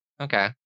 Okay